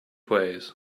ways